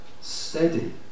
steady